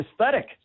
aesthetic